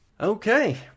Okay